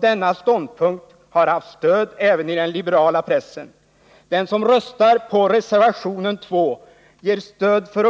Denna ståndpunkt har haft stöd även i den liberala 96 pressen. Den som röstar på reservation 2 ger stöd för.